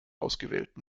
ausgewählte